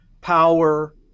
power